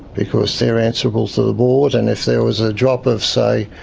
because they're answerable to the board and if there was a drop of, say,